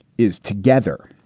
is together.